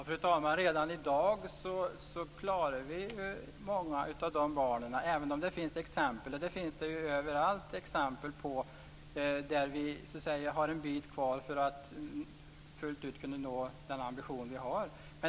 Fru talman! Redan i dag klarar vi många av de barnen. Men överallt finns det ju exempel på hur vi har en bit kvar för att nå upp till den ambition vi har.